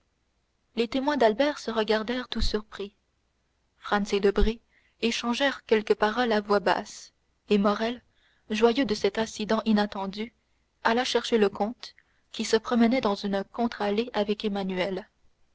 les témoins d'albert se regardèrent tout surpris franz et debray échangèrent quelques paroles à voix basse et morrel joyeux de cet incident inattendu alla chercher le comte qui se promenait dans une contre-allée avec emmanuel